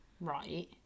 right